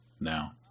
now